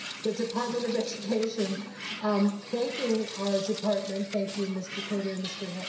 the department of education um thanking our department, thank you, mr. trader and mr.